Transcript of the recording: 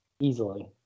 Easily